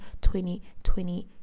2020